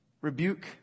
rebuke